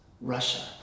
Russia